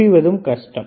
புரிவதும் கஷ்டம்